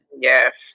Yes